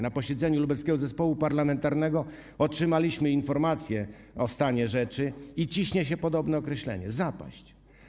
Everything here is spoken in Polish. Na posiedzeniu Lubelskiego Zespołu Parlamentarnego otrzymaliśmy informację o stanie rzeczy i ciśnie się podobne określenie: zapaść.